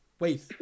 Wait